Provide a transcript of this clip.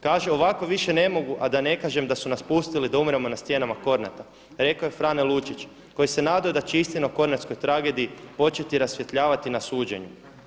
Kaže, ovako više ne mogu a da ne kažem da su nas pustili da umremo na stijenama Kornata, rekao je Frane Lučić koji se nadaju da će istina o Kornatskoj tragediji početi rasvjetljavati na suđenju.